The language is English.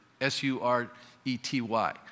S-U-R-E-T-Y